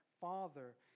Father